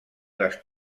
les